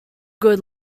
good